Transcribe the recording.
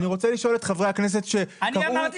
אני רוצה לשאול את חברי הכנסת שקראו להחרים -- אני אמרתי